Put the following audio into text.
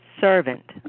servant